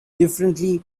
differently